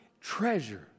treasure